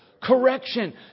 Correction